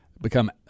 become